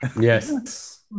Yes